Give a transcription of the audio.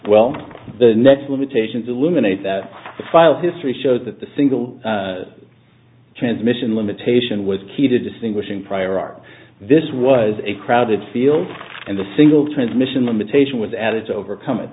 well the next limitations eliminate that the file history shows that the single transmission limitation was key to distinguishing prior art this was a crowded field and a single transmission limitation was added to overcome it